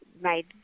made